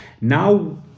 Now